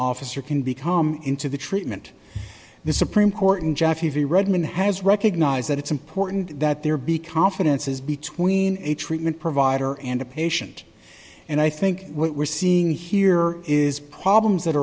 officer can become into the treatment the supreme court and jaffe redmon has recognized that it's important that there be confidences between a treatment provider and a patient and i think what we're seeing here is problems that